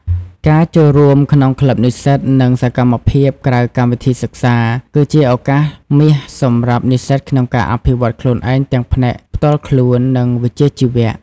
ការចូលរួមក្នុងក្លឹបនិស្សិត និងសកម្មភាពក្រៅកម្មវិធីសិក្សា គឺជាឱកាសមាសសម្រាប់និស្សិតក្នុងការអភិវឌ្ឍន៍ខ្លួនឯងទាំងផ្នែកផ្ទាល់ខ្លួន និងវិជ្ជាជីវៈ។